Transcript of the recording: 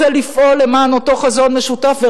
רוצה לפעול למען אותו חזון משותף.